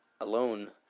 alone